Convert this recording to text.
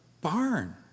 barn